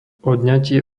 odňatie